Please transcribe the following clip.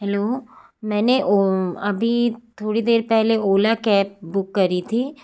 hello मैंने अभी थोड़ी देर पहले ओला कैब बूक करी थी